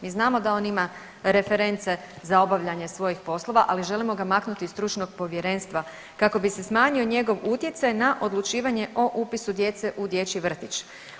Mi znamo da on ima reference za obavljanje svojih poslova, ali želimo ga maknuti iz stručnog povjerenstva kako bi se smanjio njegov utjecaj na odlučivanje o upisu djece u dječji vrtić.